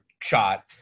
shot